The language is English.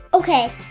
Okay